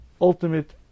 ultimate